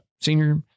Senior